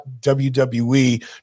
WWE